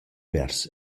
vers